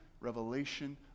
revelation